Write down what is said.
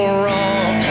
wrong